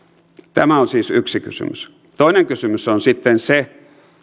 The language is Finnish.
tämä on siis yksi kysymys toinen kysymys on sitten se